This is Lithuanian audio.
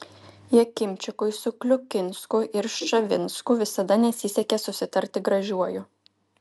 jakimčikui su kliukinsku ir ščavinsku visada nesisekė susitarti gražiuoju